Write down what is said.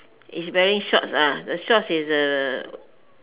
he is wearing shorts the shorts is the